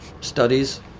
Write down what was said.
studies